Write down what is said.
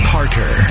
Parker